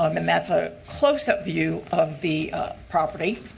um and that's ah close-up view of the property.